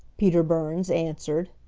peter burns answered.